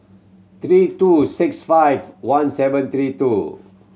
three two six five one seven three two